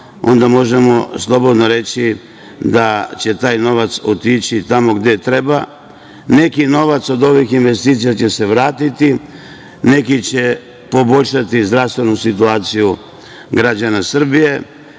onda možemo slobodno reći da će taj novac otići tamo gde treba. Neki novac od ovih investicija će se vratiti, neki će poboljšati zdravstvenu situaciju građana Srbije,